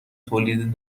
تولید